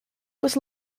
was